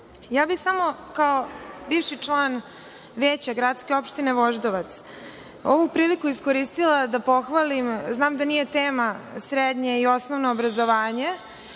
bih kao bivši član Veća gradske Opštine Voždovac, ovu priliku iskoristila da pohvalim, znam da nije tema, srednje i osnovno obrazovanje,